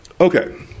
Okay